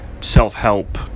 self-help